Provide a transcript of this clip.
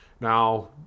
Now